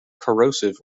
corrosive